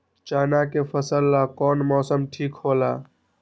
चाना के फसल ला कौन मौसम ठीक होला?